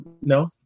no